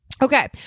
Okay